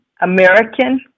American